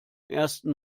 ersten